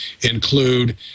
include